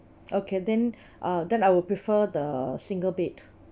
okay then uh then I will prefer the single bed